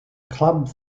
club